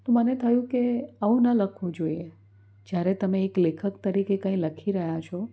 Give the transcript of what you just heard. તો મને થયું કે આવું ન લખવું જોઈએ જ્યારે તમે એક લેખક તરીકે કંઈ લખી રહ્યા છો